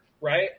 right